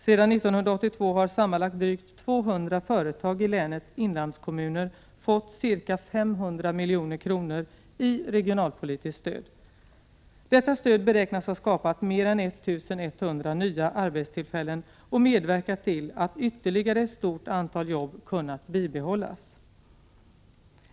Sedan 1982 har sammanlagt drygt 200 företag i länets inlandskommuner fått ca 500 milj.kr. i regionalpolitiskt stöd. Detta stöd beräknas ha skapat mer än 1 100 nya arbetstillfällen och medverkat till att ytterligare ett stort antal jobb kunnat bibehållas.